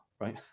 right